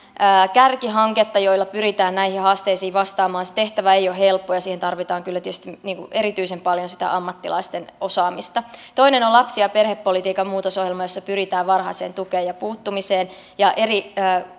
kärkihanketta joilla pyritään näihin haasteisiin vastaamaan se tehtävä ei ole helppo ja siihen tarvitaan kyllä tietysti erityisen paljon sitä ammattilaisten osaamista toinen on lapsi ja perhepolitiikan muutosohjelma jossa pyritään varhaiseen tukeen ja puuttumiseen ja eri